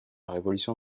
révolution